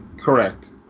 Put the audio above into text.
correct